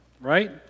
right